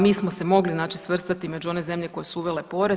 Mi smo se mogli znači svrstati među one zemlje koje su uvele porez.